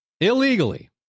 Illegally